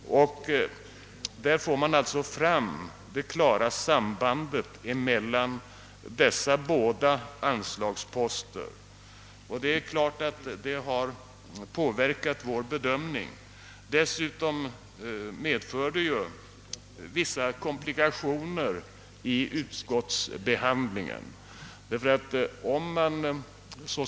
Där ser man alltså klart sambandet mellan dessa båda anslagsposter, och det har naturligtvis påverkat vår bedömning. Dessutom medför det vissa komplikationer vid utskottsbehandlingen.